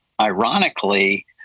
ironically